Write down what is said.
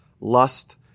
lust